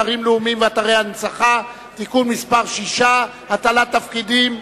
אתרים לאומיים ואתרי הנצחה (תיקון מס' 6) (הטלת תפקידים).